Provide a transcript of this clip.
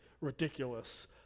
ridiculous